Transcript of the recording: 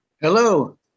hello